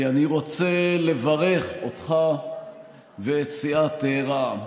כי אני רוצה לברך אותך ואת סיעת רע"מ.